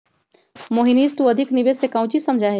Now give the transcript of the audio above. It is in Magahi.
मोहनीश तू अधिक निवेश से काउची समझा ही?